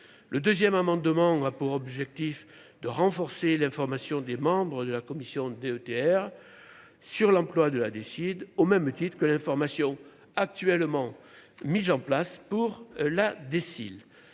le 2ème amendement a pour objectif de renforcer l'information des membres de la commission DETR sur l'emploi de la décide, au même titre que l'information actuellement mises en place pour la